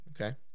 Okay